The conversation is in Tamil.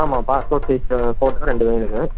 ஆமாம் பாஸ்போர்ட் சைஸு ஃபோட்டோ ரெண்டு வேணும் சார்